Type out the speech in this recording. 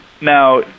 Now